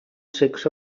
six